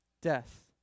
Death